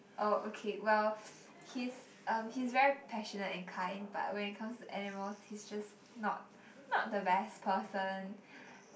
oh okay well he's um he's very passionate and kind but when it comes to animals he's just not not the best person